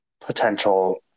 potential